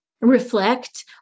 reflect